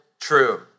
true